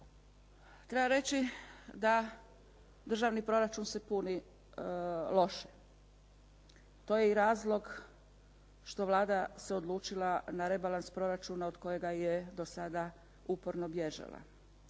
Treba reći da državni proračun se puni loše. To je i razlog što Vlada se odlučila na rebalans proračuna od kojega je do sada uporno bježala.